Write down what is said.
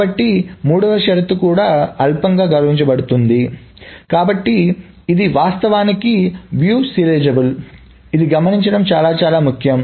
కాబట్టి మూడవ షరతు కూడా అల్పంగా గౌరవించ బడుతుంది కాబట్టి ఇది వాస్తవానికి వీక్షణ సీరియలైజబుల్ ఇది గమనించడం చాలా చాలా ముఖ్యం